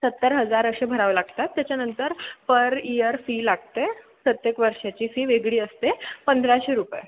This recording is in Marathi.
सत्तर हजार असे भरावं लागतात त्याच्यानंतर पर इयर फी लागते प्रत्येक वर्षाची फी वेगळी असते पंधराशे रुपये